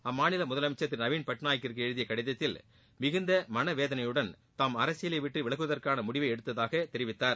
அம்மாநில முதலனமச்ச் திரு நவீன் பட்நாயக்கிற்கு எழுதிய கடிதத்தில் மிகுந்த மனவேதனையுடன் தாம் அரசியலை விட்டு விலகுவதற்கான முடிவை எடுத்ததாக தெரிவித்தார்